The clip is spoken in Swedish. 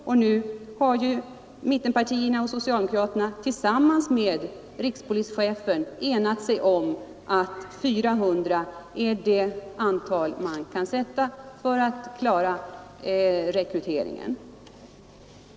Nu har mittenpartierna och brottsligheten m.m. socialdemokraterna tillsammans med rikspolischefen enats om att 400 är det antal tjänster som man maximalt kan klara rekryteringen av.